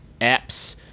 apps